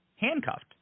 handcuffed